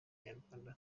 abanyarwanda